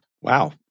Wow